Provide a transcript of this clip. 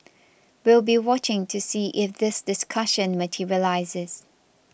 we'll be watching to see if this discussion materialises